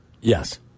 Yes